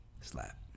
Slap